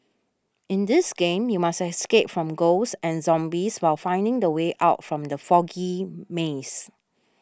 in this game you must escape from ghosts and zombies while finding the way out from the foggy maze